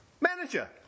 manager